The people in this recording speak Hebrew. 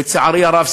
לצערי הרב,